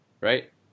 right